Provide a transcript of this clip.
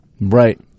Right